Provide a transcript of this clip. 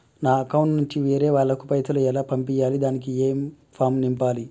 నా అకౌంట్ నుంచి వేరే వాళ్ళకు పైసలు ఎలా పంపియ్యాలి దానికి ఏ ఫామ్ నింపాలి?